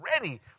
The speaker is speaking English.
ready